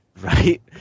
Right